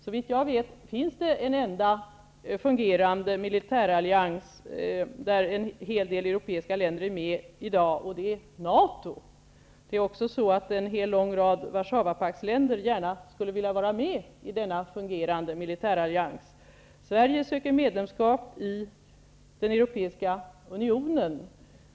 Såvitt jag vet finns det en enda fungerande militärallians där en hel del europeiska länder i dag är med, och det är NATO. Det är också så att en hel lång rad Warszawapaktsländer gärna skulle vilja vara med i denna fungerande militärallians. Sverige söker medlemskap i den europeiska unionen.